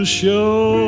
show